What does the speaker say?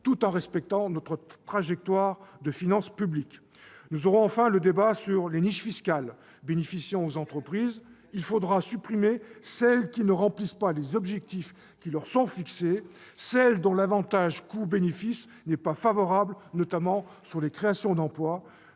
tout en respectant notre trajectoire de finances publiques. Nous aurons enfin le débat sur les niches fiscales bénéficiant aux entreprises. Lesquelles ? Il faudra supprimer celles qui n'atteignent pas les objectifs fixés, ... Lesquelles ?... celles dont l'avantage coût-bénéfice n'est pas favorable, notamment sur les créations d'emplois.